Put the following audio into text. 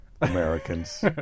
Americans